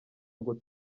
ngo